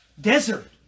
desert